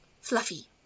fluffy